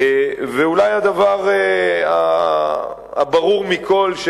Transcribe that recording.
אולי הדבר הברור מכול,